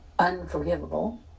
unforgivable